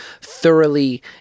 thoroughly